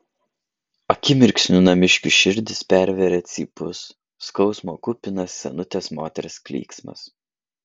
akimirksniu namiškių širdis pervėrė cypus skausmo kupinas senutės moters klyksmas